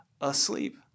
asleep